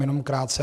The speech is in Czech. Jenom krátce.